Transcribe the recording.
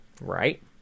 Right